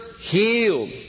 healed